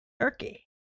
turkey